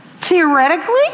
Theoretically